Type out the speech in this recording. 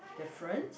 difference